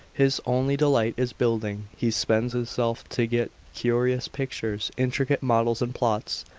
his only delight is building, he spends himself to get curious pictures, intricate models and plots,